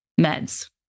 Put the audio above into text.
meds